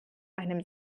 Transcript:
einem